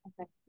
Okay